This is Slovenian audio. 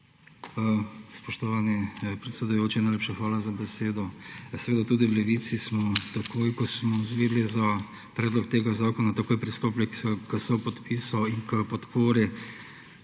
Spoštovani predsedujoči, najlepša hvala za besedo. Seveda tudi v Levici smo, takoj ko smo izvedeli za predlog tega zakona, takoj pristopili k sopodpisu in k podpori.